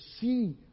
see